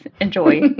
enjoy